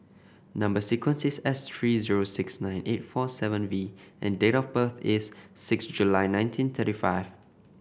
number sequence is S three zero six nine eight four seven V and date of birth is six July nineteen thirty five